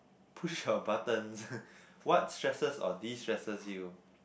push your buttons what stresses or destresses you